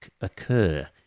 occur